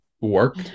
work